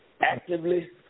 Actively